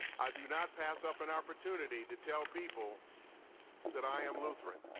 i do not pass up an opportunity to tell people that i am lutheran,